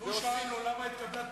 כל כך ממצה.